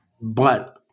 But-